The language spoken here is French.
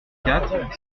quatre